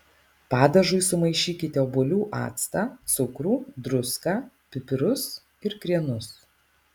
padažui sumaišykite obuolių actą cukrų druską pipirus ir krienus